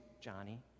Johnny